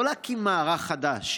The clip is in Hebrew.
לא להקים מערך חדש,